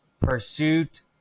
pursuit